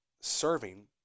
serving